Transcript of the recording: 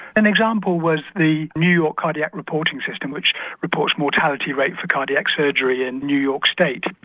an example was the new york cardiac reporting system which reports mortality rate for cardiac surgery in new york state.